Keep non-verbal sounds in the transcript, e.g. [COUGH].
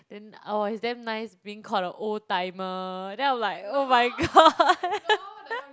then oh it's damn nice being called a old timer then I'm like oh my god [LAUGHS]